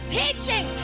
teaching